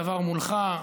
דבר מולך,